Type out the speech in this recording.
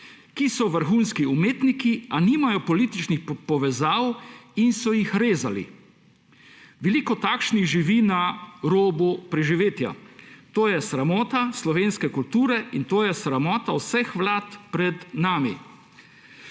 ki so vrhunski umetniki, a nimajo političnih povezav in so jih rezali. Veliko takšnih živi na robu preživetja. To je sramota slovenske kulture in to je sramota vseh vlad pred nami.